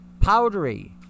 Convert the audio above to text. powdery